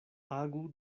agu